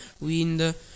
wind